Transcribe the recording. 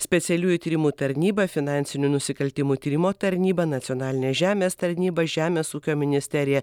specialiųjų tyrimų tarnyba finansinių nusikaltimų tyrimo tarnyba nacionalinė žemės tarnyba žemės ūkio ministerija